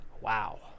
wow